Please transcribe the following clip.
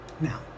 Now